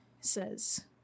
says